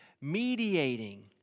mediating